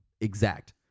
exact